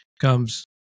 comes